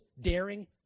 daring